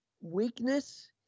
weakness